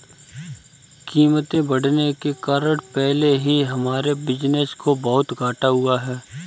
कीमतें बढ़ने के कारण पहले ही हमारे बिज़नेस को बहुत घाटा हुआ है